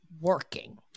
working